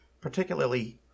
particularly